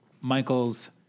michael's